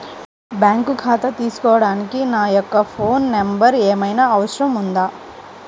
Bank ఖాతా తీసుకోవడానికి నా యొక్క ఫోన్ నెంబర్ ఏమైనా అవసరం అవుతుందా?